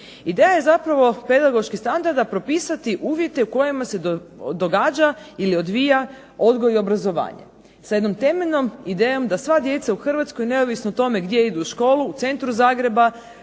Ideja je zapravo pedagoških standarda propisati uvjete u kojima se događa ili odvija odgoj i obrazovanje sa jednom temeljnom idejom da sva djeca u Hrvatskoj neovisno o tome gdje idu u školu, u centru Zagreba,